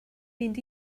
mynd